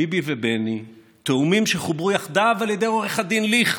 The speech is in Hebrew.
ביבי ובני, תאומים שחוברו יחדיו על ידי עו"ד ליכט,